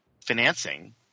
financing